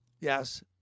Yes